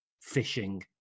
fishing